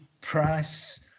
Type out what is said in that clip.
price